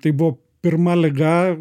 tai buvo pirma liga